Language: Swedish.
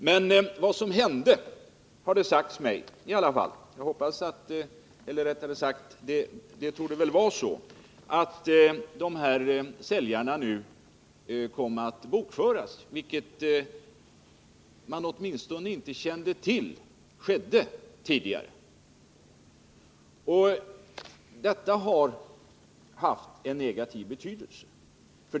Men vad som hände, har det sagts mig i alla fall, var att försäljningarna kom att bokföras, vilket inte skedde tidigare. Detta har haft en negativ effekt.